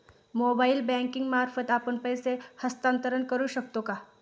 Mobile banking मार्फत आपण पैसे हस्तांतरण करू शकतो का?